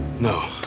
no